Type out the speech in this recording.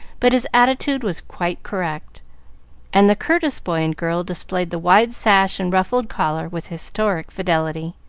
but his attitude was quite correct and the custis boy and girl displayed the wide sash and ruffled collar with historic fidelity.